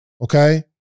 Okay